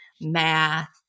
math